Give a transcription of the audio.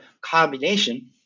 combination